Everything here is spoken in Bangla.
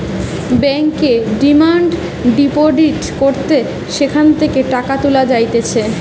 ব্যাংকে ডিমান্ড ডিপোজিট করলে সেখান থেকে টাকা তুলা যাইতেছে